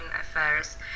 Affairs